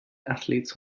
athletes